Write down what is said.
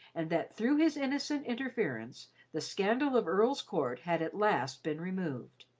and that through his innocent interference the scandal of earl's court had at last been removed.